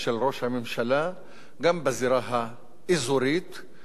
גם בזירה האזורית וגם בזירה הפנימית,